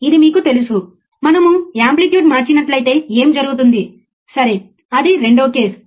ఇప్పుడు మీరు ఈ 25 కిలోహెర్ట్జ్ను వర్తించేటప్పుడు అధిక స్థాయి 500 మిల్లీవోల్ట్లు